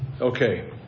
Okay